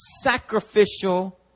sacrificial